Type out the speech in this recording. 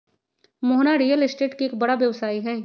Mohana real estate के एक बड़ा व्यवसायी हई